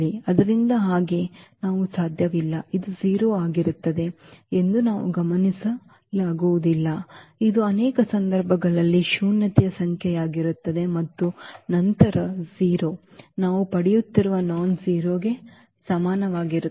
ಆದ್ದರಿಂದ ಹಾಗೆ ನಾವು ಸಾಧ್ಯವಿಲ್ಲ ಇದು 0 ಆಗಿರುತ್ತದೆ ಎಂದು ನಾವು ಗಮನಿಸಲಾಗುವುದಿಲ್ಲ ಇದು ಅನೇಕ ಸಂದರ್ಭಗಳಲ್ಲಿ ಶೂನ್ಯೇತರ ಸಂಖ್ಯೆಯಾಗಿರುತ್ತದೆ ಮತ್ತು ನಂತರ 0 ನಾವು ಪಡೆಯುತ್ತಿರುವ ನಾನ್ ಜೀರೋಗೆ ಸಮಾನವಾಗಿರುತ್ತದೆ